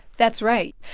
that's right.